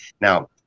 Now